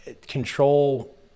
Control